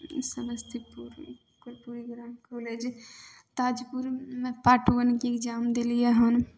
Samastipur Karpoori Gram college ताजपुरमे part वनके exam देलियै हन